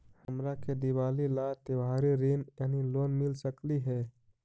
हमरा के दिवाली ला त्योहारी ऋण यानी लोन मिल सकली हे?